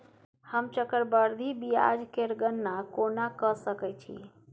हम चक्रबृद्धि ब्याज केर गणना कोना क सकै छी